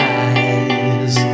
eyes